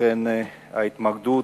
לכן, ההתמקדות